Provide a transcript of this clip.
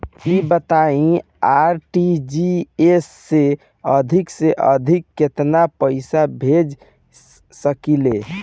ई बताईं आर.टी.जी.एस से अधिक से अधिक केतना पइसा भेज सकिले?